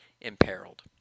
imperiled